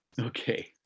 Okay